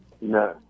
No